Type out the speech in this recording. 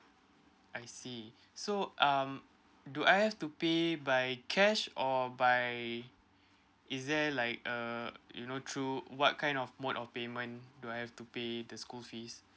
I see so um do I have to pay by cash or by is there like uh you know through what kind of mode of payment do I have to pay the school fees